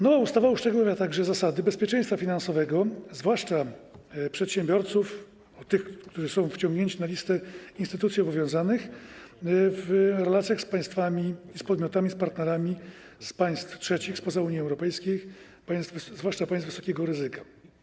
Nowa ustawa uszczegóławia także zasady bezpieczeństwa finansowego, zwłaszcza przedsiębiorców, tych, którzy są wciągnięci na listę instytucji obowiązanych, w relacjach z państwami, z podmiotami, z partnerami z państw trzecich, spoza Unii Europejskiej, zwłaszcza z państw wysokiego ryzyka.